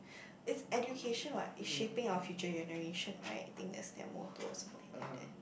it's education what it's shaping our future generation right I think that's their motto or something like that